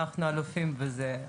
אנחנו אלופים בזה.